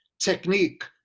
technique